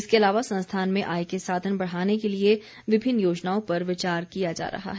इसके अलावा संस्थान में आय के साधन बढ़ाने के लिए विभिन्न योजनाओं पर विचार किया जा रहा है